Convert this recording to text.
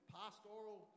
pastoral